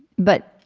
but